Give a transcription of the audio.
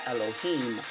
Elohim